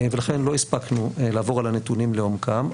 ולכן לא הספקנו לעבור על הנתונים לעומקם.